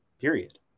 period